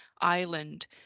Island